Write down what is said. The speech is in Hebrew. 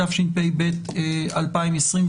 התשפ"ב-2021,